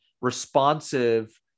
responsive